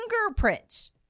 fingerprints